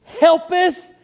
helpeth